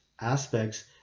aspects